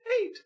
Eight